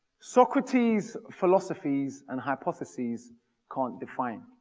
socrates, philosophies and hypotheses can't define.